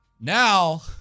Now